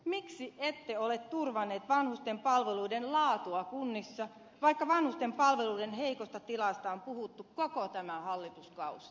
miksi ette ole turvanneet vanhusten palveluiden laatua kunnissa vaikka vanhusten palveluiden heikosta tilasta on puhuttu koko tämä hallituskausi